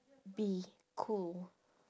be cool